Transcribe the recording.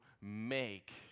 make